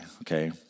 Okay